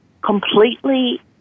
completely